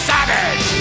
Savage